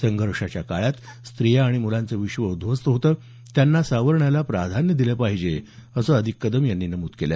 संघर्षाच्या काळात स्त्रिया आणि मुलांचं विश्व उध्वस्त होतं त्यांना सावरण्याला प्राधान्य दिलं पाहिजे असं अधिक कदम यांनी नमूद केलं